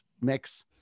mix